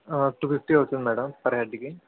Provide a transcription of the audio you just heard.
two fifty అవుతుంది madam per హెడ్కి